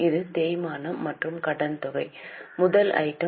இது தேய்மானம் மற்றும் கடன்தொகை முதல் ஐட்டம்